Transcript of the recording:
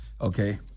Okay